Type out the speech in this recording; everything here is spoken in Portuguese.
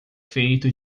feito